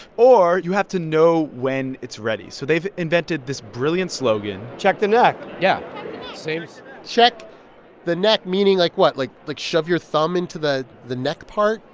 or you have to know when it's ready. so they've invented this brilliant slogan check the neck yeah check the neck, meaning, like, what? like like, shove your thumb into the the neck part?